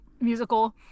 musical